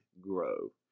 grow